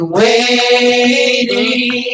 waiting